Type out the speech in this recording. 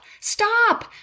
Stop